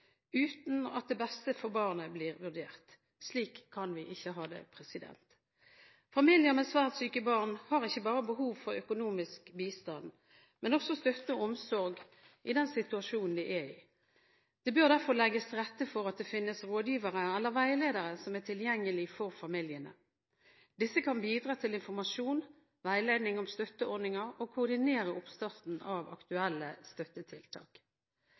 uten at det beste for barnet blir vurdert. Slik kan vi ikke ha det. Familier med svært syke barn har ikke bare behov for økonomisk bistand, men også for støtte og omsorg i den situasjonen de er i. Det bør derfor legges til rette for at det finnes rådgivere eller veiledere som er tilgjengelige for familiene. Disse kan bidra til informasjon, veiledning om støtteordninger og koordinere oppstarten av aktuelle støttetiltak.